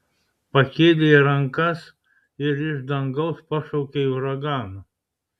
pakėlei rankas ir iš dangaus pašaukei uraganą